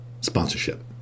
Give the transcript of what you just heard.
sponsorship